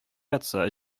ятса